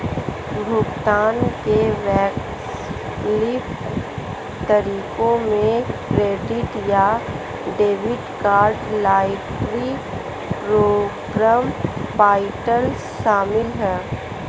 भुगतान के वैकल्पिक तरीकों में क्रेडिट या debit card, loyalty program point शामिल है